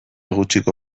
gutxiko